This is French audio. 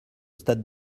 stade